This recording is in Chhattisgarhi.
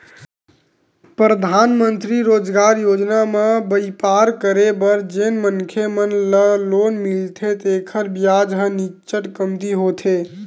परधानमंतरी रोजगार योजना म बइपार करे बर जेन मनखे मन ल लोन मिलथे तेखर बियाज ह नीचट कमती होथे